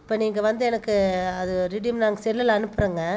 இப்போ நீங்கள் வந்து எனக்கு அது ரிடிம் நாங்கள் செல்லில் அனுப்புறோம்ங்க